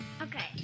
Okay